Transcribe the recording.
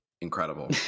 incredible